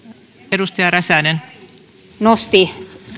edustaja kari nosti